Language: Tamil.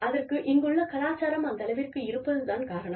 அதற்கு இங்குள்ள கலாச்சாரம் அந்தளவிற்கு இருப்பது தான் காரணம்